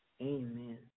Amen